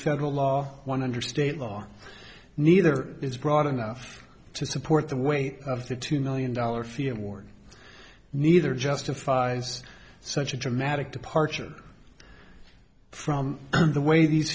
federal law one under state law neither is broad enough to support the weight of the two million dollar fee award neither justifies such a dramatic departure from the way these